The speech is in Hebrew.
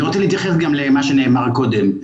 אני רוצה להתייחס גם למה שנאמר קודם.